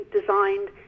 designed